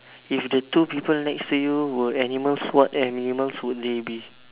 if the two people next to you were animals what animals would they be